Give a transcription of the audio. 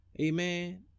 Amen